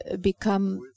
become